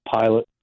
pilot